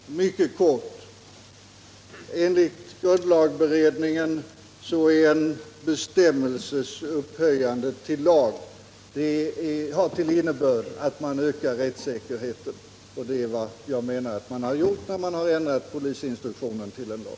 Herr talman! Mycket kort. Enligt grundlagberedningen har en bestämmelses upphöjande till lag till innebörd att man ökar rättsäkerheten. Det är vad jag menar att man har gjort när man har ändrat polisinstruktionen till en lag.